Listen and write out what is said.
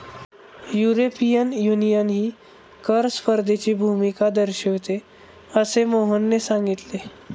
European युनियनही कर स्पर्धेची भूमिका दर्शविते, असे मोहनने सांगितले